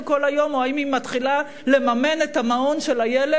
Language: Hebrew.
כל היום או אם היא מתחילה לממן את המעון של הילד,